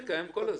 זה קיים כל הזמן.